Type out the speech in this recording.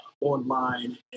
online